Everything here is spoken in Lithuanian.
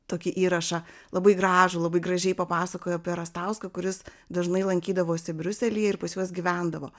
tokį įrašą labai gražų labai gražiai papasakojo apie rastauską kuris dažnai lankydavosi briuselyje ir pas juos gyvendavo